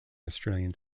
australian